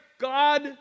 God